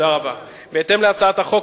בהתאם להצעת החוק,